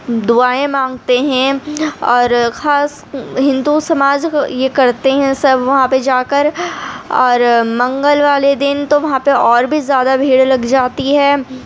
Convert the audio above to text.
دعائیں مانگتے ہیں اور خاص ہندو سماج یہ کرتے ہیں سب وہاں پہ جا کر اور منگل والے دن تو وہاں پہ اور بھی زیادہ بھیڑ لگ جاتی ہے